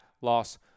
loss